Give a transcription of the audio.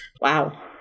Wow